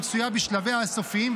שמצויה בשלביה הסופיים,